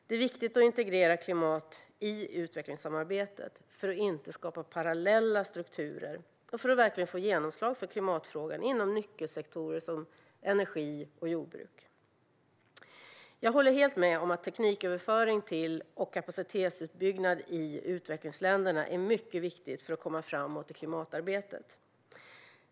Det är viktigt att integrera klimat i utvecklingssamarbetet, för att inte skapa parallella strukturer och för att verkligen få genomslag för klimatfrågan inom nyckelsektorer som energi och jordbruk. Jag håller helt med om att tekniköverföring till och kapacitetsuppbyggnad i utvecklingsländerna är mycket viktigt för att komma framåt i klimatarbetet.